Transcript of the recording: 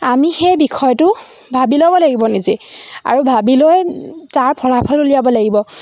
আমি সেই বিষয়টো ভাবি ল'ব লাগিব নিজে আৰু ভাবি লৈ তাৰ ফলাফল উলিয়াব লাগিব